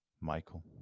Michael